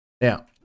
now